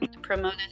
Promoted